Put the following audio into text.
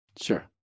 sure